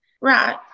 Right